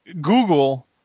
Google